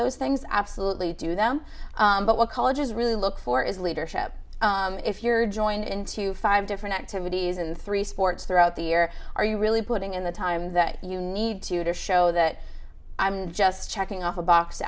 those things absolutely do them but what colleges really look for is leadership if you're joined into five different activities in three sports throughout the year are you really putting in the time that you need to to show that i'm just checking off a box